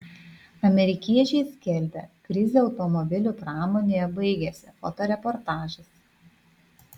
amerikiečiai skelbia krizė automobilių pramonėje baigėsi fotoreportažas